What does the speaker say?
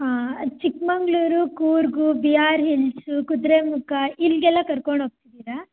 ಹಾಂ Chikmagalur Coorg B R Hills Kudremukh ಇಲ್ಲಿಗೆಲ್ಲ ಕರ್ಕೊಂಡು ಹೋಗ್ತಿದಿರಾ